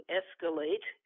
escalate